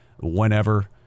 whenever